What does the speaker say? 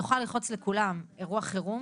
נוכל ללחוץ לכולם "אירוע חירום"